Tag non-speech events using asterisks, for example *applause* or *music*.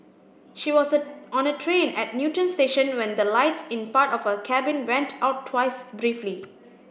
she was *unintelligible* on a train at Newton station when the lights in part of her cabin went out twice briefly